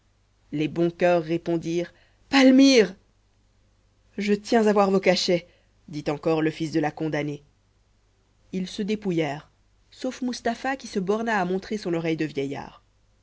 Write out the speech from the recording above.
les bons coeurs répondirent palmyre je tiens à voir vos cachets dit encore le fils de la condamnée ils se dépouillèrent sauf mustapha qui se borna à montrer son oreille de vieillard